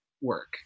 work